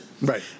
Right